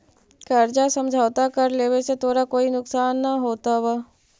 कर्जा समझौता कर लेवे से तोरा कोई नुकसान न होतवऽ